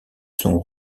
sont